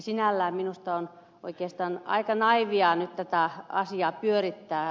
sinällään minusta on oikeastaan aika naiivia nyt tätä asiaa pyörittää